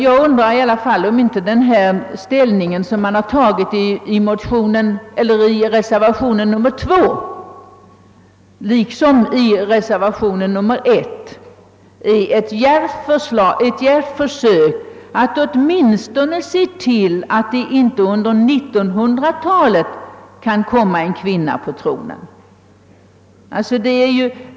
Jag undrar ändå om inte ställningstagandet i reservationerna 1 och 2 är ett djärvt försök att åtminstone se till att det inte under 1900-talet kan komma en kvinna på tronen.